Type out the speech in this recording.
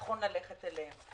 נכון ללכת לכלי הזה.